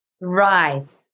Right